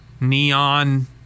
neon